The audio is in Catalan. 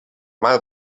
mar